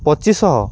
ପଚିଶ ଶହ